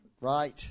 right